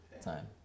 time